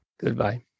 goodbye